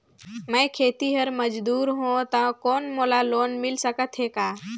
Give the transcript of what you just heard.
मैं खेतिहर मजदूर हों ता कौन मोला लोन मिल सकत हे का?